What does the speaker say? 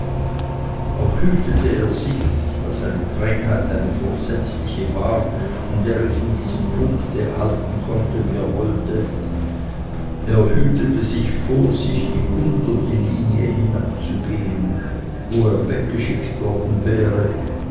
auch hütete er sich da seine trägheit eine vorsätzliche war und er es in diesem punkte halten konnte wie er wollte er hütete sich vorsichtig unter die linie hinabzugehen wo er weggeschickt worden wäre